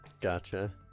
gotcha